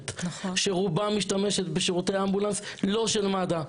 שרובה משתמשת בשירותי אמבולנס לא של מד"א.